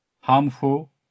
harmful